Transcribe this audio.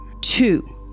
Two